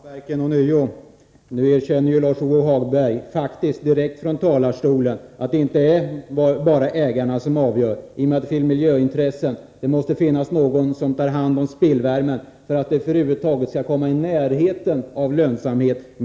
Herr talman! Jag skall ånyo ta upp järnsvampsverket. Nu erkänner Lars-Ove Hagberg faktiskt direkt från talarstolen att det inte bara är ägarna som avgör i och med att det finns miljöintressen. Det måste finnas någon som tar hand om spillvärmen, för att ett järnsvampsverk över huvud taget skall komma i närheten av lönsamhet.